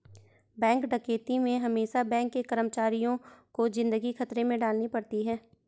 bank डकैती में हमेसा बैंक के कर्मचारियों को जिंदगी खतरे में डालनी पड़ती है